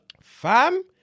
Fam